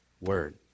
word